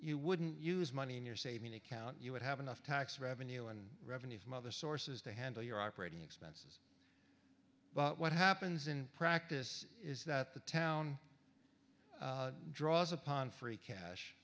you wouldn't use money in your savings account you would have enough tax revenue and revenue from other sources to handle your operating expense but what happens in practice is that the town draws upon free cash